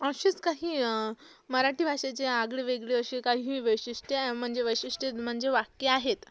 असेच काही मराठी भाषेचे आगळे वेगळे असे काही वैशिष्ट्ये आहे म्हणजे वैशिष्ट्ये म्हणजे वाक्ये आहेत